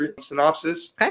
synopsis